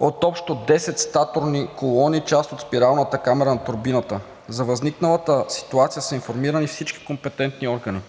от общо десет статорни колони, част от спиралната камера на турбината. За възникналата ситуация са информирани всички компетентни органи.